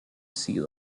sea